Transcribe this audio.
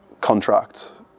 contracts